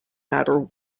matter